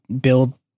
build